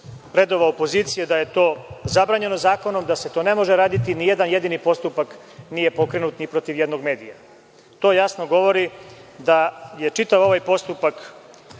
redova opozicije da je to zabranjeno zakonom, da se to ne može raditi. Nijedan jedini postupak nije pokrenut ni protiv jednog medija. To jasno govori da je čitav ovaj postupak